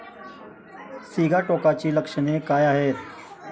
सिगाटोकाची लक्षणे काय आहेत?